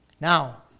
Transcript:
Now